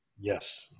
Yes